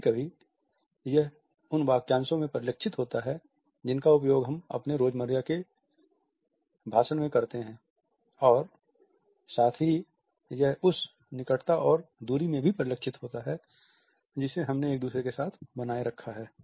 कभी कभी यह उन वाक्यांशों में परिलक्षित होता है जिनका उपयोग हम अपने रोज मर्रा के भाषण में करते हैं और साथ ही यह उस निकटता और दूरी में भी परिलक्षित होता है जिसे हमने एक दूसरे के साथ बनाए रखा है